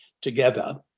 together